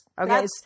Okay